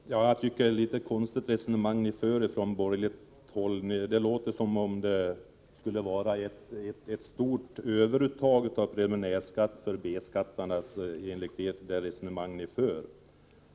Herr talman! Jag tycker att det är ett litet konstigt resonemang ni för från borgerligt håll. Enligt det skulle det vara fråga om ett stort överuttag av preliminärskatt för B-skattarna.